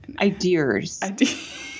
Ideas